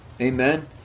Amen